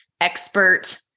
expert